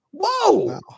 Whoa